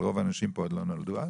אבל רוב האנשים פה עוד לא נולדו אז